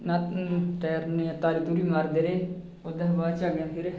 तैरने तारी तूरी मारदे रेह् ओहदे बाद च अग्गें फिर